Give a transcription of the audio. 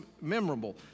memorable